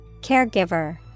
Caregiver